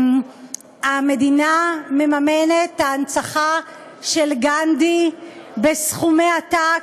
המדינה מממנת את ההנצחה של גנדי בסכומי עתק,